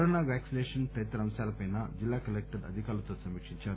corona vaccination తదితర అంశాలపై collector అధికారులతో సమీక్షించారు